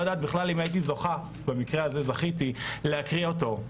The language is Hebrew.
יודעת בכלל אם הייתי זוכה - במקרה הזה זכיתי - להקריא אותו.